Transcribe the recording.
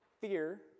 Fear